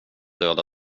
döda